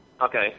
Okay